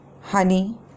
honey